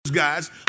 guys